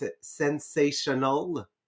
sensational